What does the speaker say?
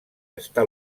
està